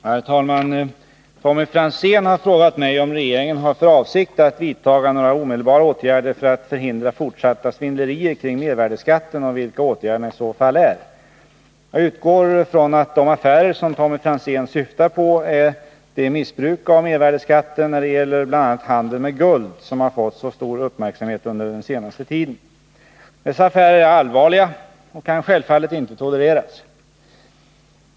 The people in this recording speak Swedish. Herr talman! Tommy Franzén har frågat mig om regeringen har för avsikt att vidta några omedelbara åtgärder för att förhindra fortsatta svindlerier - Om återbetalningkring mervärdeskatten och vilka åtgärderna i så fall är. Jag utgår från att de affärer som Tommy Franzén syftar på är det missbruk — skatt av mervärdeskatten när det gäller bl.a. handeln med guld som har fått så stor uppmärksamhet under den senaste tiden. Dessa affärer är allvarliga och kan självfallet inte tolereras.